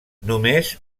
només